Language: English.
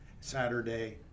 Saturday